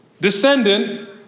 descendant